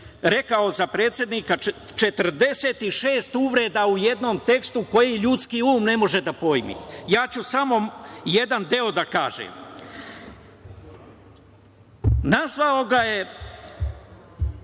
rekao za predsednika 46 uvreda u jednom tekstu koji ljudski um ne može da pojmi. Ja ću samo jedan deo da kažem. Nazvao ga je